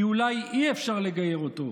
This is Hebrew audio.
כי אולי אי-אפשר לגייר אותו.